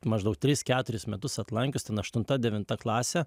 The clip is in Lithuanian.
maždaug tris keturis metus atlankius ten aštunta devinta klasė